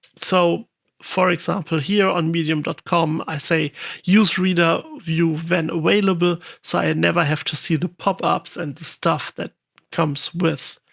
so for example, here on medium com, i say use reader view when available, so i never have to see the pop-ups and the stuff that comes with